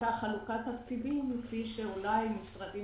הייתה חלוקת תקציבים כפי שאולי משרדים